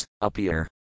appear